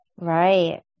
right